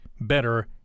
better